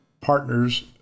partners